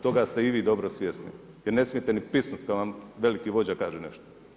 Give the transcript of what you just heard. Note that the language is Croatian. Toga ste i vi dobro svjesni, jer ne smijete ni pisnuti kad vam veliki vođa kaže nešto.